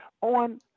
on